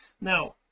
now